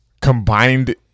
combined